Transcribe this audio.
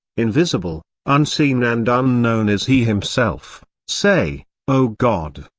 invisible, unseen and unknown is he himself say o god,